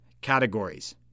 categories